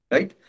Right